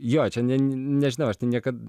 jo čia ne nežinau aš tai niekad